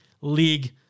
league